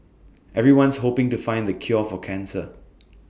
everyone's hoping to find the cure for cancer